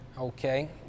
Okay